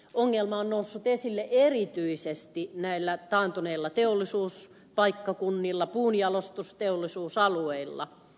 ongelma on noussut esille erityisesti näillä taantuneilla teollisuuspaikkakunnilla puunjalostusteollisuusalueilla